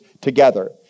together